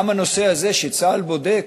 גם הנושא הזה שצה"ל בודק,